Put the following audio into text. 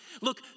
Look